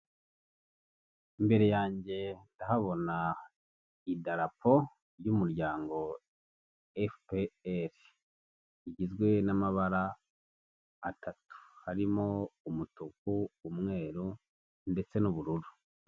Imbere yanjye ndahabona idarapo y'umuryango Efuperi igizwe n'amabara atatu harimo umutuku, umweru ndetse n'ubururu.